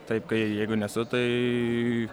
taip kai jeigu nesu tai